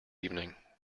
evening